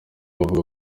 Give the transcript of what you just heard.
bavuga